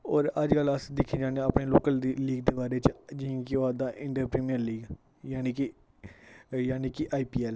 होर अज्ज अस दिक्खी लैने अपने लोकल न्यूज़ दे बारै च जियां की आआई जंदा इंडियन प्रीमियर लीग यानि कि यानि कि आईपीएल